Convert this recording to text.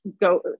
go